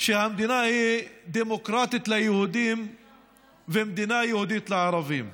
שהמדינה היא דמוקרטית ליהודים ומדינה יהודית לערבים.